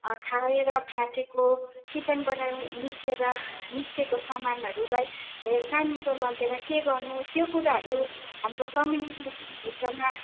खाएर फ्याँकेको किचनबाट निस्केर निस्केको सामानहरूलाई कहाँनिर लगेर के गर्नु त्यो कुराहरू हाम्रो कम्युनिटीभित्रमा